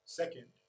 second